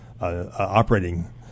operating